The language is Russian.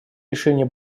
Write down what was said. решение